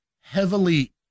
heavily